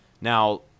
Now